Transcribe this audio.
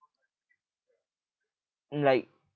and like